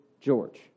George